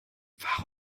warum